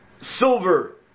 silver